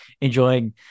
enjoying